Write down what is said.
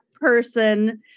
person